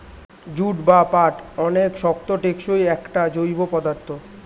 jute বা পাট অনেক শক্ত, টেকসই একটা জৈব পদার্থ